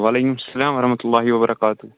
وعلیکُم سَلام ورحمتہُ اللہ وبرکاتہ